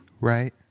Right